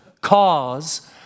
cause